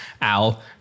Al